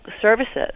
services